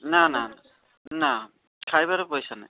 ନା ନା ନା ଖାଇବାରେ ପଇସା ନାହିଁ